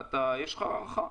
יש לך הערכה?